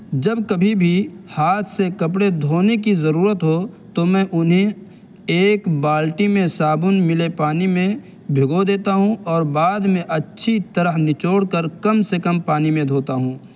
جب کبھی بھی ہاتھ سے کپڑے دھونے کی ضرورت ہو تو میں انہیں ایک بالٹی میں صابن ملے پانی میں بھگو دیتا ہوں اور بعد میں اچھی طرح نچوڑ کر کم سے کم پانی میں دھوتا ہوں